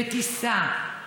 בטיסה,